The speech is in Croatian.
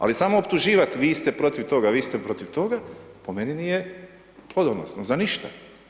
Ali samo optuživat vi ste protiv toga, vi ste protiv toga po meni nije plodonosno za ništa.